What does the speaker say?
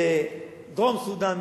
לדרום-סודן,